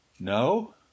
No